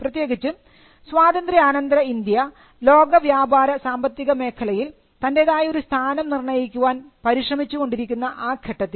പ്രത്യേകിച്ചും സ്വാതന്ത്ര്യാനന്തര ഇന്ത്യ ലോക വ്യാപാര സാമ്പത്തിക മേഖലയിൽ തൻന്റെതായ ഒരു സ്ഥാനം നിർണയിക്കാൻ പരിശ്രമിച്ചു കൊണ്ടിരിക്കുന്ന ആ ഘട്ടത്തിൽ